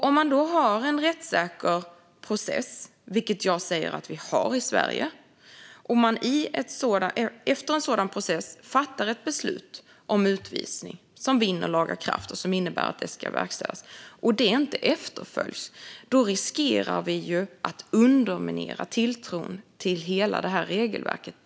Om man har en rättssäker process, vilket jag säger att vi har i Sverige, och man efter en sådan process fattar ett beslut om utvisning som vinner laga kraft, vilket innebär att det ska verkställas, och detta inte efterlevs riskerar vi att underminera tilltron till hela regelverket.